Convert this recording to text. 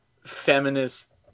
feminist